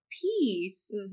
peace